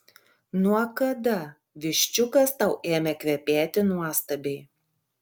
nuo kada viščiukas tau ėmė kvepėti nuostabiai